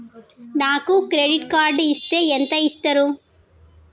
నాకు credit card ఇస్తే ఎంత ఇస్తరు?